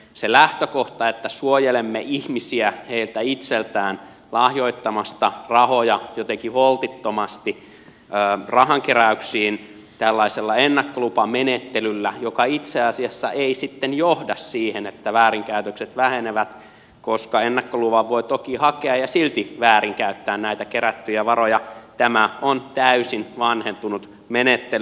se lähtökohta että suojelemme ihmisiä heiltä itseltään lahjoittamasta rahoja jotenkin holtittomasti rahankeräyksiin tällaisella ennakkolupamenettelyllä joka itse asiassa ei sitten johda siihen että väärinkäytökset vähenevät koska ennakkoluvan voi toki hakea ja silti väärinkäyttää näitä kerättyjä varoja on täysin vanhentunut menettely